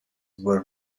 were